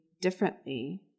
differently